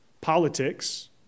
politics